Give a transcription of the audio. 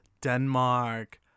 Denmark